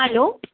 hello